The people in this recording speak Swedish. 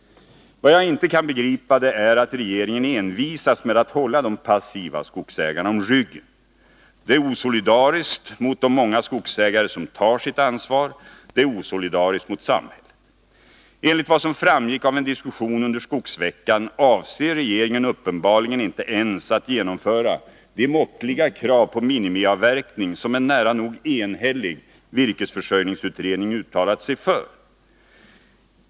Vad jag inte kan begripa är att regeringen envisas med att hålla de passiva skogsägarna om ryggen. Det är osolidariskt mot de många skogsägare som tar sitt ansvar. Det är osolidariskt mot samhället. Enligt vad som framgick av Nr 107 en diskussion under skogsveckan avser regeringen uppenbarligen inte ens att Torsdagen den genomföra de måttliga krav på minimiavverkning som en nära nog enhällig 25 mars 1982 virkesförsörjningsutredning har uttalat sig för.